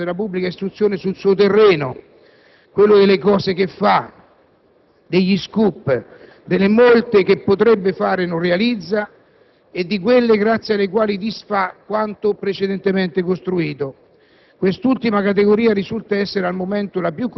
Non voglio rincorrere il Governo e il Ministro della pubblica istruzione sul loro terreno, quello delle cose che fanno, degli *scoop*, delle molte che potrebbero fare e che non realizzano e di quelle grazie alle quali si disfà quanto precedentemente costruito.